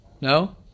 No